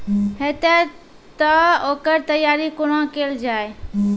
हेतै तअ ओकर तैयारी कुना केल जाय?